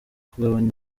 kugabanya